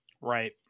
right